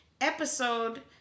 episode